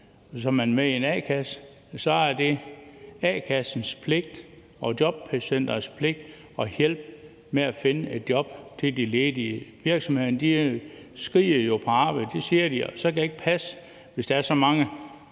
er man med i en a-kasse, og så er det a-kassens pligt og jobcenterets pligt at hjælpe med at finde et job til de ledige. Virksomhederne skriger jo på arbejdskraft – det siger de – og så kan det jo ikke passe, hvis der er så mange,